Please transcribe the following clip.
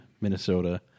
Minnesota